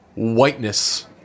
whiteness